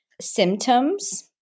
symptoms